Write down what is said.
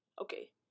Okay